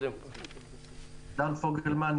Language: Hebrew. שמי דן פוגלמן.